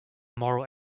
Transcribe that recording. moral